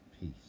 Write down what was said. peace